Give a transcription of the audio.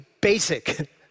basic